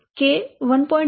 4 છે અને k 1